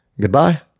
Goodbye